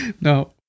No